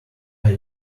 are